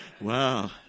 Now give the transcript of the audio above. Wow